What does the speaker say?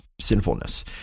sinfulness